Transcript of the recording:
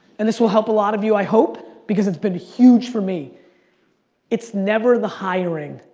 and this will help a lot of you i hope. because it's been huge for me it's never the hiring.